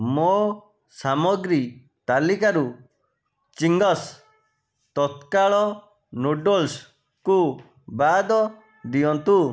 ମୋ ସାମଗ୍ରୀ ତାଲିକାରୁ ଚିଙ୍ଗସ୍ ତତ୍କାଳ ନୁଡ଼ଲ୍ସ କୁ ବାଦ୍ ଦିଅନ୍ତୁ